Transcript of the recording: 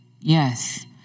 Yes